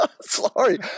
Sorry